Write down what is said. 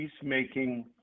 peacemaking